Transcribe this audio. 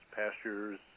pastures